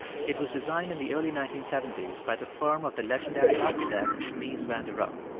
it was designed in the early nineteen seventy s by the firm of the legendary architect mies van der roh.